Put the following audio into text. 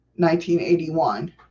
1981